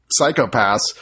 psychopaths